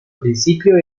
principio